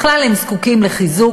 בכלל הם זקוקים לחיזוק,